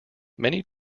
many